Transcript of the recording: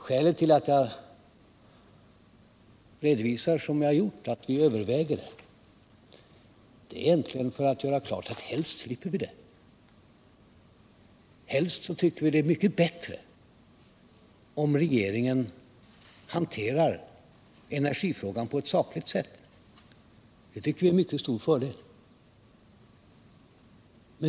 Skälet till att jag redovisar som jag har gjort, att vi överväger misstroendevotum, är egentligen att jag vill göra klart att helst vill vi slippa det. Vi tycker det är mycket bättre, en mycket stor fördel, om regeringen hanterar energifrågan på ett sakligt sätt.